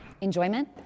enjoyment